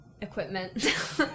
equipment